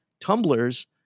tumblers